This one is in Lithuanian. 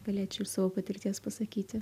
galėčiau iš savo patirties pasakyti